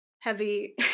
heavy